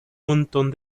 montón